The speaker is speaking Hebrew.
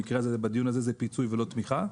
בדיון הזה זה פיצוי ולא תמיכה,